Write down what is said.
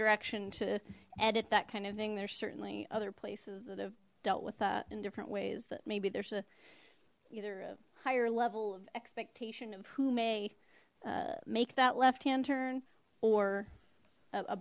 direction to edit that kind of thing there's certainly other places that have dealt with that in different ways that maybe there's a either higher level of expectation of who may make that left hand turn or a